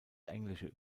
englische